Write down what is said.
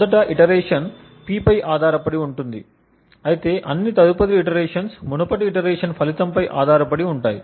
మొదటి iteration P పై ఆధారపడి ఉంటుంది అయితే అన్ని తదుపరి ఇటరేషన్స్ మునుపటి ఇటరేషన్ ఫలితంపై ఆధారపడి ఉంటాయి